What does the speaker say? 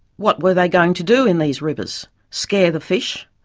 what were they going to do in these rivers? scare the fish?